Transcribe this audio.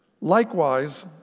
Likewise